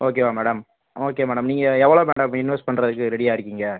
ஓகேவா madam okay madam நீங்கள் எவ்வளோ மேடம் இன்வஸ்ட் பண்ணுறதுக்கு ரெடியாக இருக்கீங்கள்